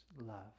love